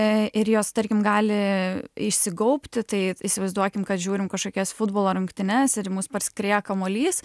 ir jos tarkim gali išsigaubti tai įsivaizduokim kad žiūrim kažkokias futbolo rungtynes ir į mus parskrieja kamuolys